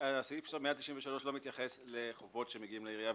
שתהיה מדיניות קבועה.